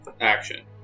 action